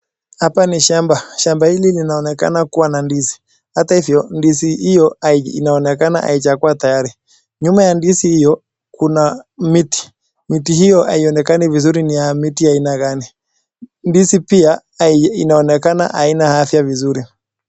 Hapa ni shamba, shamba hili linaonekana kuwa na ndizi ata hivyo ndizi hiyo inaonekana haijakuwa tayari, nyuma ya ndizi hiyo kuna miti, miti hiyo haionekani vizuri ni ya miti aina gani, ndizi pia inaonekana haina afya vizuri.